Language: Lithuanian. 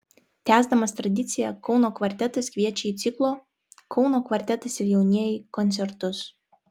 tęsdamas tradiciją kauno kvartetas kviečia į ciklo kauno kvartetas ir jaunieji koncertus